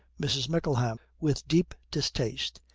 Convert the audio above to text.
mrs. mickleham, with deep distaste,